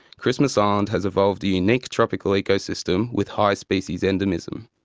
christmas island has evolved a unique tropical ecosystem with high species endemism.